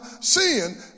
sin